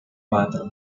cuatro